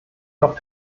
doch